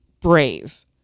brave